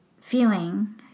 feeling